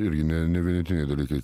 irgi ne nevietiniai dalykai